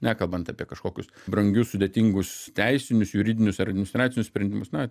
nekalbant apie kažkokius brangius sudėtingus teisinius juridinius ar administracinius sprendimus na